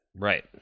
Right